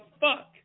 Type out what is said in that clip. fuck